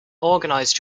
organized